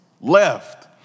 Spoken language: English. left